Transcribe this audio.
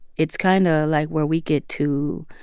it's kind of, like, where we get to